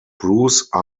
bruce